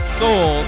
soul